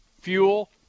Fuel